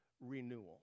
renewal